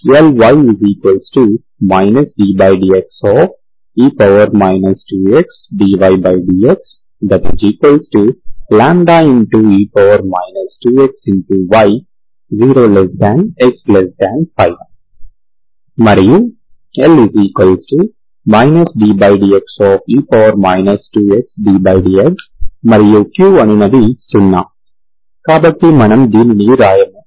Ly ddxe 2xdydxe 2xy 0xπ మరియు L ddxe 2xddx మరియు q అనునది 0 కాబట్టి మనము దీనిని వ్రాయము